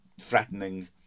threatening